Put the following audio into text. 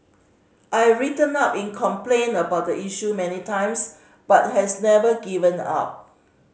I've written in complain about the issue many times but has never given up